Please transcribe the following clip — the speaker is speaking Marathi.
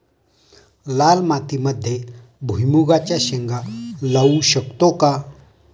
लाल मातीमध्ये भुईमुगाच्या शेंगा लावू शकतो का?